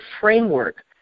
framework